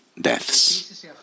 deaths